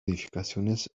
edificaciones